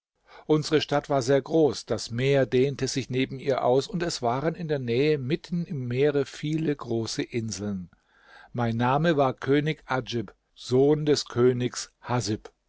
unsere stadt war sehr groß das meer dehnte sich neben ihr aus und es waren in der nähe mitten im meere viele große inseln mein name war könig adjib sohn des königs haßib